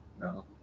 No